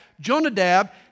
Jonadab